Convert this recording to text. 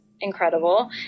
incredible